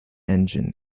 engine